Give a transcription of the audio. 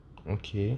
okay